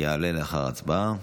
יעלה לאחר ההצבעה.